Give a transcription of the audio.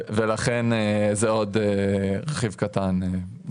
ולכן זה עוד רכיב קטן.